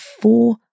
four